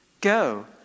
Go